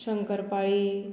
शंकरपाळी